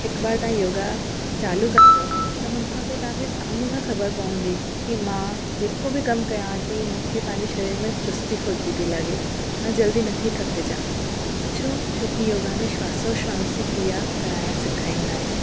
हिक बार तव्हां योगा चालू कंदव त हुनखां पोइ तव्हांखे साम्हूं खां ख़बर पवंदी की मां जेको बि कमु कयां थी मूंखे पंहिंजे शरीर में चुस्ती फुर्ती थी लॻे मां जल्दी नथी थकिजां छो छोकी योगा में श्वासो श्वास जी क्रिया कराइणु सिखाईंदा आहिनि